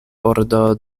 ordo